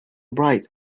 bright